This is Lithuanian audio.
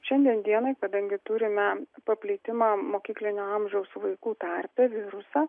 šiandien dienai kadangi turime paplitimą mokyklinio amžiaus vaikų tarpe virusą